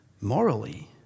morally